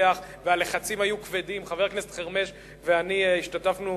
הכנסת חרמש ואני השתתפנו,